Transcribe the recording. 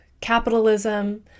capitalism